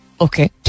okay